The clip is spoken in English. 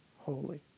holy